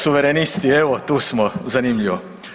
Suverenisti, evo tu smo, zanimljivo.